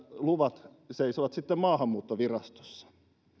luvat seisovat maahanmuuttovirastossa